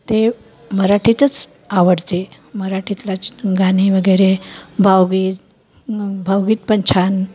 ते मराठीतच आवडते मराठीतलाच गाणे वगैरे भावगीत भावगीत पण छान